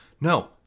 no